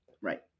Right